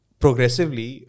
progressively